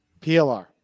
PLR